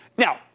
Now